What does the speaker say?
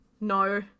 No